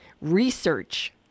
research